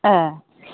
एह